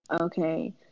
okay